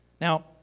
Now